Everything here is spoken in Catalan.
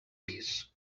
pis